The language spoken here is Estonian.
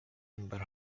ümber